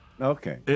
Okay